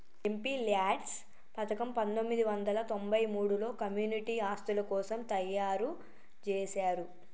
MPLADS పథకం పందొమ్మిది వందల తొంబై మూడులో కమ్యూనిటీ ఆస్తుల కోసం తయ్యారుజేశారు